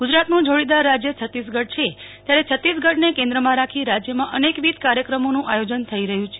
ગુજરાતનું જોડીદાર રાજ્ય છત્તીસગઢ છે ત્યારે છત્તીસગઢને કેન્દ્રમાં રાખી રાજ્યમાં અનેકવિધ કાર્થક્રમોનું આયોજન થઇ રહ્યું છે